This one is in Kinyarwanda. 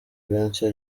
beyonce